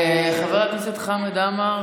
חבר הכנסת חמד עמאר,